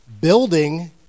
building